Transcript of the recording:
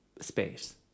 space